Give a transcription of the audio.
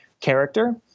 character